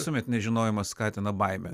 visuomet nežinojimas skatina baimę